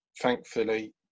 thankfully